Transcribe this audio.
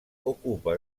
ocupa